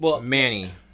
Manny